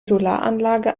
solaranlage